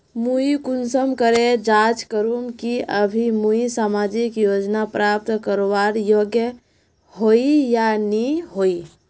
मुई कुंसम करे जाँच करूम की अभी मुई सामाजिक योजना प्राप्त करवार योग्य होई या नी होई?